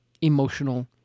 emotional